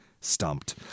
Stumped